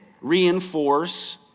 reinforce